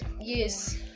yes